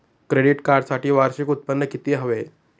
Credit कार्डसाठी वार्षिक उत्त्पन्न किती हवे?